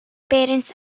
parents